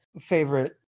favorite